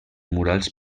murals